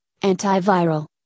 antiviral